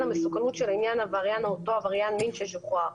המסוכנות של אותו עבריין מין ששוחרר.